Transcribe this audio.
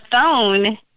phone